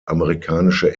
amerikanische